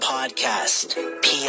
Podcast